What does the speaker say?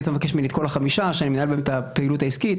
היית מבקש ממני את כל החמישה שאני מנהל בהם את הפעילות העסקית,